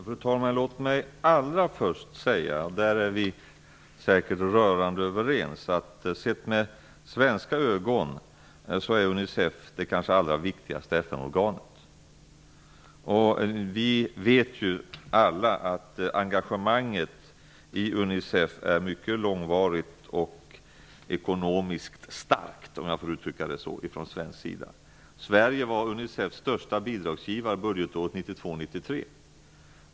Fru talman! Låt mig allra först säga -- där är vi säkert rörande överens -- att sett med svenska ögon är Unicef kanske det allra viktigaste FN-organet. Vi vet alla att det svenska engagemanget i Unicef är mycket långvarigt och ekonomiskt starkt, om jag får uttrycka det så. Sverige var Unicefs största bidragsgivare budgetåret 1992/93.